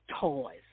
toys